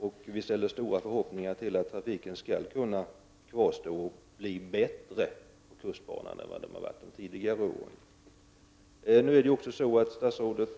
Vi ställer stora förhoppningar till att trafiken skall kunna fortsätta på kustbanan och bli bättre än vad den har varit tidigare år.